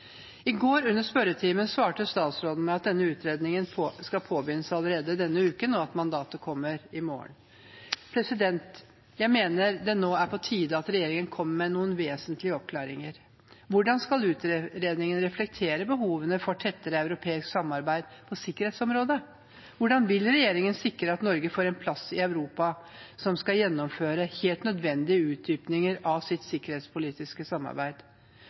I går under spørretimen svarte statsråden med at denne utredningen skal påbegynnes allerede denne uken, og at mandatet kommer i morgen. Jeg mener det nå er på tide at regjeringen kommer med noen vesentlige oppklaringer. Hvordan skal utredningen reflektere behovene for tettere europeisk samarbeid på sikkerhetsområdet? Hvordan vil regjeringen sikre at Norge får en plass i Europa som skal gjennomføre helt nødvendige utdypninger av sitt sikkerhetspolitiske samarbeid?